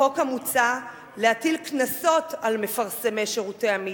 בחוק מוצע להטיל קנסות על מפרסמי שירותי המין.